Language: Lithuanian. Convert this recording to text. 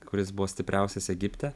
kuris buvo stipriausias egipte